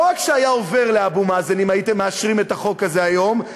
לא רק שהיה עובר לאבו מאזן אם הייתם מאשרים את החוק הזה היום,